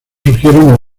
surgieron